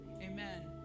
Amen